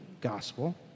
gospel